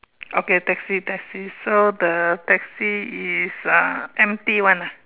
okay taxi taxi so the taxi is uh empty [one] ah